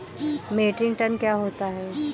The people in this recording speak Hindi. मीट्रिक टन क्या होता है?